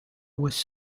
was